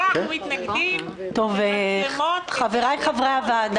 אנחנו מתנגדים למצלמות של חברי ליכוד.